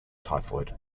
typhoid